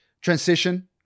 transition